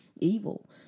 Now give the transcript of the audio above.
evil